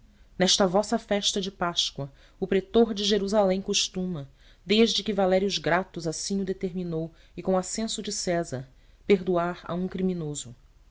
nesta vossa festa de páscoa o pretor de jerusalém costuma desde que valério grato assim o determinou e com assenso de césar perdoar a um criminoso